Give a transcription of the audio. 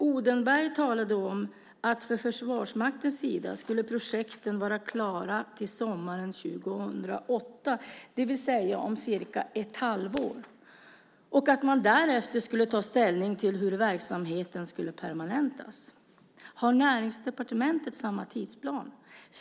Odenberg talade om att för Försvarsmaktens del skulle projekten vara klara till sommaren 2008, det vill säga om cirka ett halvår, och att man därefter skulle ta ställning till om verksamheten skulle permanentas. Har Näringsdepartementet samma tidsplan?